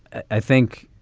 i think